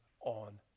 on